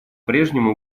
прежнему